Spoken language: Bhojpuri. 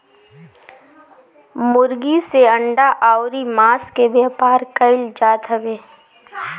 मुर्गी से अंडा अउरी मांस के व्यापार कईल जात हवे